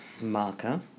marker